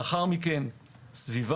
לאחר מכן סביבה